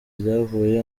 ryavuye